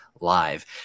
live